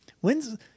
when's